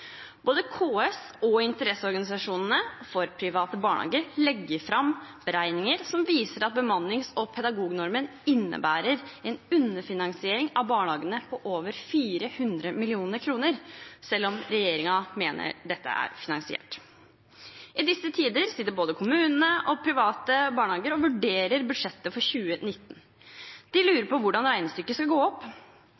Både KS og interesseorganisasjonene for private barnehager legger fram beregninger som viser at bemannings- og pedagognormen innebærer en underfinansiering av barnehagene på over 400 mill. kr, selv om regjeringen mener dette er finansiert. I disse tider sitter både kommunene og private barnehager og vurderer budsjettet for 2019. De